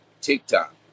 TikTok